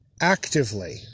actively